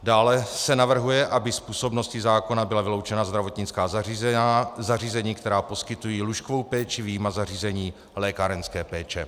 Dále se navrhuje, aby z působnosti zákona byla vyloučena zdravotnická zařízení, která poskytují lůžkovou péči, vyjma zařízení lékárenské péče.